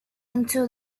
into